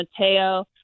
Mateo